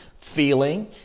feeling